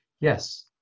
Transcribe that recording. Yes